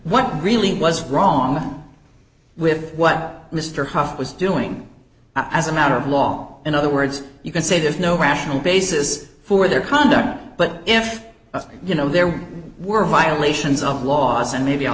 what really was wrong with what mr huff was doing as a matter of law in other words you can say there's no rational basis for their conduct but if you know there were violations of laws and maybe